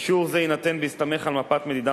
אישור זה יינתן בהסתמך על מפת מדידה